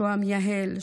שוהם יהל,